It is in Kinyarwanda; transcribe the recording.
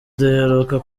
duheruka